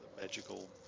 magical